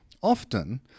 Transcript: Often